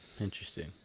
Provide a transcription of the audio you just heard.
Interesting